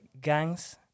gangs